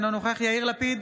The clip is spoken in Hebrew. אינו נוכח יאיר לפיד,